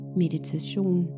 meditation